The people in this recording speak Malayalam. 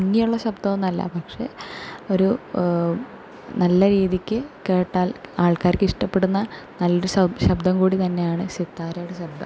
ഭംങ്ങിയുള്ള ശബ്ദവൊന്നുവല്ല പക്ഷെ ഒരു നല്ല രീതിക്ക് കേട്ടാൽ ആൾക്കാർക്ക് ഇഷ്ടപ്പെടുന്ന നല്ലൊരു ശ ശബ്ദം കൂടിതന്നെയാണ് സിത്താരയുടെ ശബ്ദം